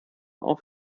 auf